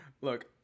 Look